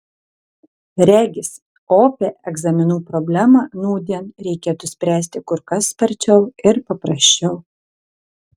regis opią egzaminų problemą nūdien reikėtų spręsti kur kas sparčiau ir paprasčiau